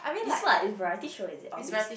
is what is variety show is it or really